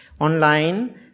online